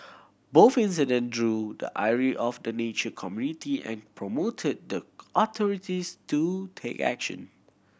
both incident drew the ire of the nature community and prompted the authorities to take action